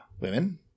women